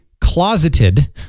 closeted